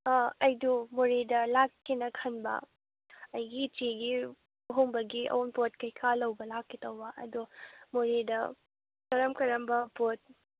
ꯑꯥ ꯑꯩꯗꯣ ꯃꯣꯔꯦꯗ ꯂꯥꯛꯀꯦꯅ ꯈꯟꯕ ꯑꯩꯒꯤ ꯏꯆꯦꯒꯤ ꯂꯨꯍꯣꯡꯕꯒꯤ ꯑꯎꯟꯄꯣꯠ ꯀꯩꯀꯥ ꯂꯧꯕ ꯂꯥꯛꯀꯦ ꯇꯧꯕ ꯑꯗꯣ ꯃꯣꯔꯦꯗ ꯀꯔꯝ ꯀꯔꯝꯕ ꯄꯣꯠ